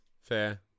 Fair